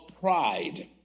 pride